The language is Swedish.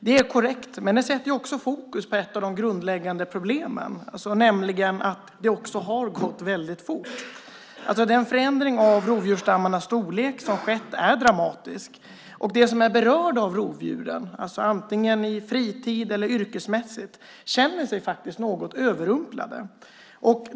Det är korrekt, men det sätter också fokus på ett av de grundläggande problemen, nämligen att det har gått väldigt fort. Den förändring av rovdjursstammarnas storlek som skett är dramatisk. De som är berörda av rovdjuren, antingen på fritiden eller yrkesmässigt, känner sig faktiskt något överrumplade.